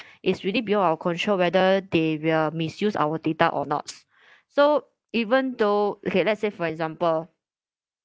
it's really beyond our control whether they will misuse our data or not so even though okay let's say for example